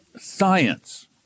science